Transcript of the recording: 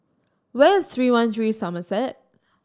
where is Three One Three Somerset